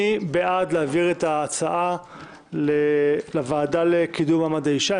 מי בעד להעביר את הצעות החוק לוועדה לקידום מעמד האישה?